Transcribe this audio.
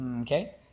okay